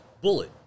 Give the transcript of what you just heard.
Bullet